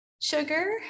sugar